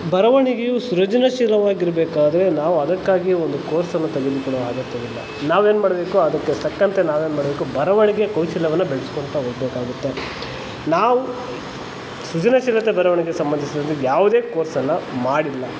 ಬರವಣಿಗೆಯು ಸೃಜನಶೀಲವಾಗಿರಬೇಕಾದ್ರೆ ನಾವದಕ್ಕಾಗಿ ಒಂದು ಕೋರ್ಸನ್ನು ತೆಗೆದುಕೊಳ್ಳುವ ಅಗತ್ಯವಿಲ್ಲ ನಾವೇನ್ಮಾಡ್ಬೇಕು ಅದಕ್ಕೆ ತಕ್ಕಂತೆ ನಾವೇನ್ಮಾಡ್ಬೇಕು ಬರವಣಿಗೆ ಕೌಶಲ್ಯವನ್ನು ಬೆಳ್ಸ್ಕೊತಾ ಹೋಗಬೇಕಾಗುತ್ತೆ ನಾವು ಸೃಜನಶೀಲತೆ ಬರವಣಿಗೆ ಸಂಬಂಧಿಸಿದಂತೆ ಯಾವುದೇ ಕೋರ್ಸನ್ನು ಮಾಡಿಲ್ಲ